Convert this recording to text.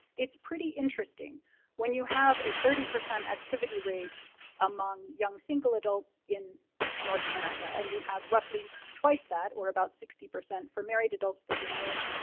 it's pretty interesting when you have a thirty percent activity rate among young single adults in north america, and you have roughly twice that, or about sixty percent for married adults at the same age,